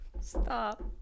Stop